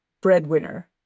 breadwinner